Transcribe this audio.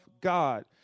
God